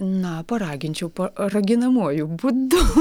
na paraginčiau paraginamuoju būdu